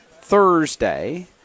Thursday